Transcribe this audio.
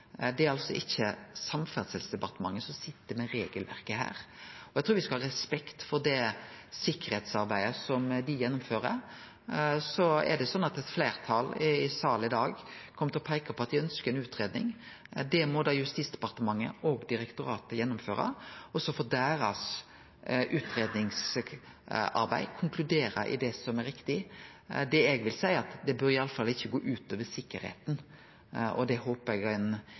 det er altså ikkje Samferdselsdepartementet som sit med regelverket her. Eg trur me skal ha respekt for det sikkerheitsarbeidet som dei gjennomfører. Så er det sånn at eit fleirtal i salen i dag kjem til å peike på at dei ønskjer ei utgreiing. Det må da Justisdepartementet og direktoratet gjennomføre, og så får deira utgreiingsarbeid konkludere i det som er riktig. Det eg vil seie, er at det i alle fall ikkje bør gå ut over sikkerheita, og det håpar eg